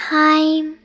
time